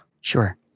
Sure